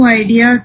idea